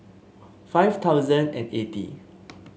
five thousand and eighty